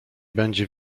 będzie